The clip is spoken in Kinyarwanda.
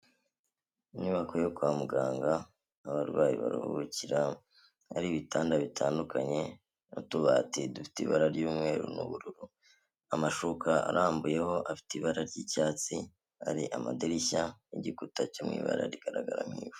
Inyubako yo kwa muganga abarwayi baruhukira hari ibitanda bitandukanye n'utubati dufite ibara ry'umweru n'ubururu, amashuka arambuyeho afite ibara ry'icyatsi, hari amadirishya n'igikuta cyo mu ibara rigaragara nk'ivu.